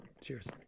cheers